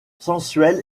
sensuelle